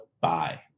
Bye